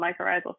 mycorrhizal